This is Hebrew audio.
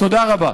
תודה רבה.